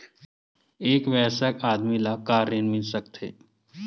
एक वयस्क आदमी ला का ऋण मिल सकथे?